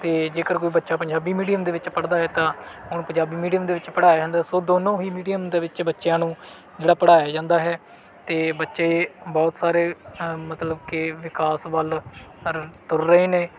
ਅਤੇ ਜੇਕਰ ਕੋਈ ਬੱਚਾ ਪੰਜਾਬੀ ਮੀਡੀਅਮ ਦੇ ਵਿੱਚ ਪੜ੍ਹਦਾ ਹੈ ਤਾਂ ਉਹਨੂੰ ਪੰਜਾਬੀ ਮੀਡੀਅਮ ਦੇ ਵਿੱਚ ਪੜ੍ਹਾਇਆ ਸੋ ਦੋਨੋਂ ਹੀ ਮੀਡੀਅਮ ਦੇ ਵਿੱਚ ਬੱਚਿਆਂ ਨੂੰ ਜਿਹੜਾ ਪੜ੍ਹਾਇਆ ਜਾਂਦਾ ਹੈ ਅਤੇ ਬੱਚੇ ਬਹੁਤ ਸਾਰੇ ਅ ਮਤਲਬ ਕਿ ਵਿਕਾਸ ਵੱਲ ਅਰ ਤੁਰ ਰਹੇ ਨੇ